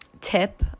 tip